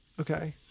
Okay